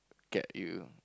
get you